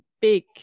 big